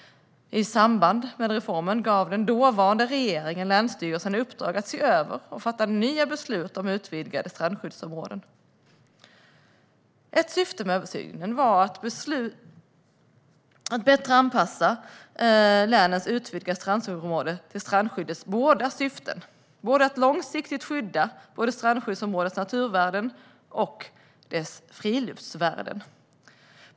I samband med reformen gav den dåvarande regeringen länsstyrelserna i uppdrag att se över och fatta nya beslut om utvidgade strandskyddsområden. Ett syfte med översynen var att bättre anpassa länens utvidgade strandskyddsområden till strandskyddets syfte att långsiktigt skydda både strandområdenas naturvärden och deras friluftsvärden.